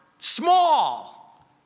Small